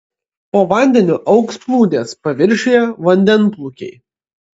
po vandeniu augs plūdės paviršiuje vandenplūkiai